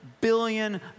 billion